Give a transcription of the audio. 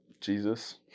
Jesus